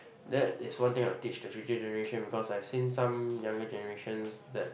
that is one thing I will teach the future generation because I've seen some younger generations that